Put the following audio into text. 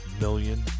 million